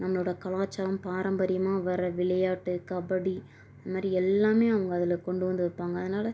நம்மளோட கலாச்சாரம் பாரம்பரியமாக வர விளையாட்டு கபடி அந்த மாதிரி எல்லாமே அவங்க அதில் கொண்டு வந்து வைப்பாங்க அதனால்